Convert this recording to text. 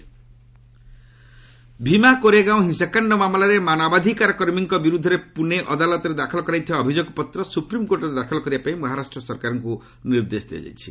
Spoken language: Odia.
ଏସି ଆକୁଭିଷ୍ଟ ଭିମା କୋରେଗାଓଁ ହିଂସାକାଣ୍ଡ ମାମଲାରେ ମାନାବାଧିକାର କର୍ମୀମାନଙ୍କ ବିରୁଦ୍ଧରେ ପୁନେ ଅଦାଲତରେ ଦାଖଲ କରାଯାଇଥିବା ଅଭିଯୋଗପତ୍ର ସୁପ୍ରିମ୍କୋର୍ଟରେ ଦାଖଲ କରିବା ପାଇଁ ମହାରାଷ୍ଟ୍ର ସରକାରଙ୍କୁ ନିର୍ଦ୍ଦେଶ ଦିଆଯାଇଛି